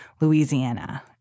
Louisiana